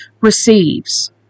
receives